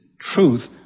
truth